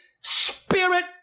spirit